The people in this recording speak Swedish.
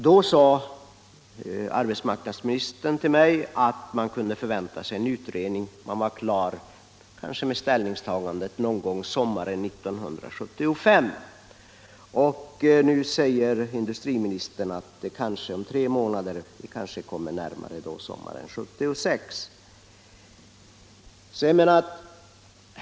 Då sade arbetsmarknadsministern till mig att man kunde förvänta sig en utredning som kanske var klar med sitt ställningstagande under sommaren 1975. Nu säger industriministern att den kanske är klar om tre månader. Vi kommer då närmare sommaren 1976.